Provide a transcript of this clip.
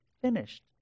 finished